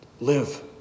Live